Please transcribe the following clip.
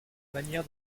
manière